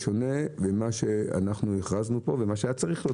בשונה ממה שהכרזנו פה וממה שהיה צריך להיות.